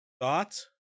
Thoughts